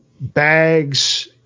bags